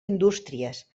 indústries